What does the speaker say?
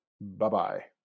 Bye-bye